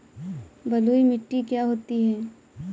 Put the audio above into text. बलुइ मिट्टी क्या होती हैं?